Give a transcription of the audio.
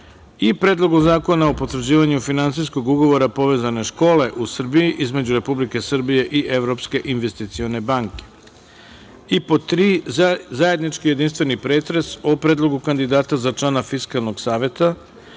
i Predlogu zakona o potvrđivanju Finansijskog ugovora Povezane škole u Srbiji između Republike Srbije i Evropske investicione banke i zajednički jedinstveni pretres o: Predlogu kandidata za člana Fiskalnog saveta,